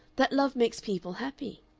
that love makes people happy?